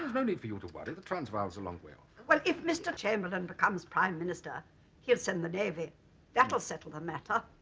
no need for you to worry the transvaal is a long well well if mr. chamberlain becomes prime minister he'll send the navy that'll settle the matter